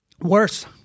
Worse